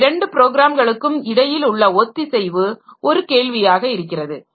இந்த இரண்டு ப்ரோக்ராம்களுக்கும் இடையில் உள்ள ஒத்திசைவு ஒரு கேள்வியாக இருக்கிறது